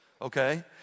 okay